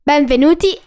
Benvenuti